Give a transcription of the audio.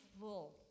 full